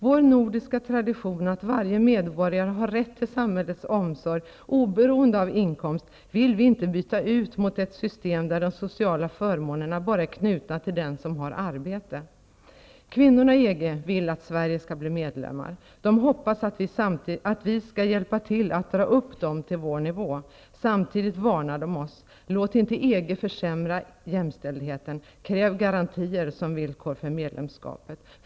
Vår nordiska tradition att varje medborgare har rätt till samhällets omsorg oberoende av inkomst vill vi inte byta ut mot ett system där de sociala förmånerna bara är knutna till den som har arbete. Kvinnorna i EG vill att Sverige skall bli medlem. De hoppas att vi skall hjälpa till att dra upp dem till vår nivå. Samtidigt varnar de oss: Låt inte EG försämra jämställdheten! Kräv garantier som villkor för medlemskapet!